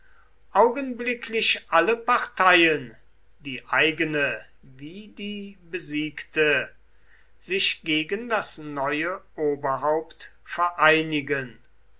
augenblicklich alle parteien die eigene wie die besiegt sich gegen das neue oberhaupt vereinigen